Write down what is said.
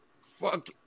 Fuck